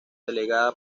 delegada